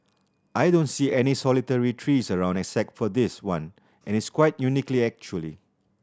I don't see any solitary trees around except for this one and it's quite unique actually